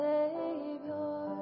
Savior